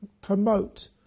promote